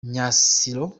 myasiro